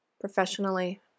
professionally